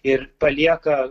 ir palieka